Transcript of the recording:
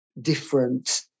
different